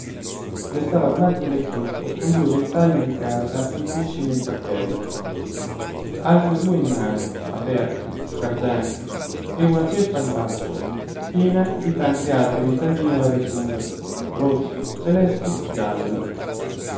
le stava davanti un vecchietto con due ventagli di carta infissi nel cappello altri due in mano aperti sgargianti e una cesta al braccio piena di tant'altri ventaglini alla rinfusa rossi celesti gialli